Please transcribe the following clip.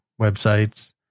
websites